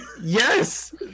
Yes